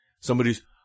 somebody's